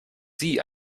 sie